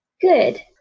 Good